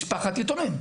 של משפחת יתומים.